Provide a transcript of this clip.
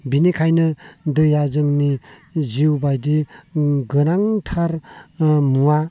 बेनिखायनो दैया जोंनि जिउ बायदि गोनांथार मुवा